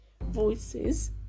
voices